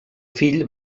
fill